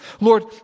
Lord